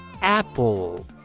apple